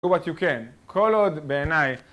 Do what you can, כל עוד בעיני